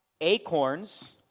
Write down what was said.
acorns